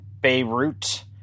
Beirut